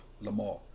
Lamar